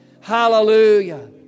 Hallelujah